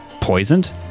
Poisoned